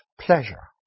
pleasure